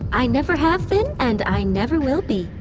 i never have been and i never will be.